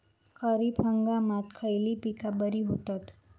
खरीप हंगामात खयली पीका बरी होतत?